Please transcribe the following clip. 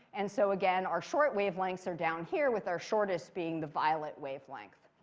and so, again, our short wavelengths are down here, with our shortest being the violet wavelength.